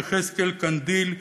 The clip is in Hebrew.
יחזקאל קנדיל,